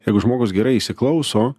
jeigu žmogus gerai įsiklauso